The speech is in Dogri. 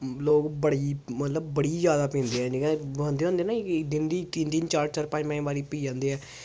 लोग बड़ा मतलब बड़ी ज्यादा पींदे न बंदे होंदे ना जेह्के दिन दी तिन्न तिन्न चार चार पंज पंज बारी पी जंदे ऐ